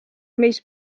meist